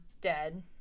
dead